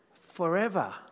forever